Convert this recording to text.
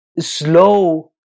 slow